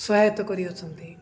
ସହାୟତା କରିଅଛନ୍ତି